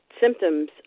symptoms